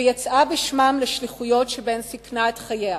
ויצאה בשמם לשליחויות שבהן סיכנה את חייה.